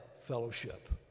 fellowship